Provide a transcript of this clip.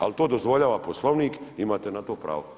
Ali to dozvoljavam Poslovnik i imate na to pravo.